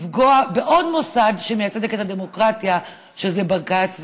לפגוע בעוד מוסד שמייצג את הדמוקרטיה, שזה בג"ץ.